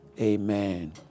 Amen